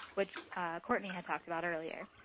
which cortney had talked about earlier.